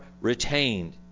retained